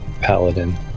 Paladin